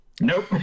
Nope